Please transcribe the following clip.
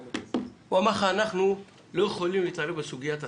הוא אמר לך: אנחנו לא יכולים להתערב בסוגיית השכר,